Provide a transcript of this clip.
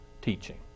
teaching